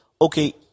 okay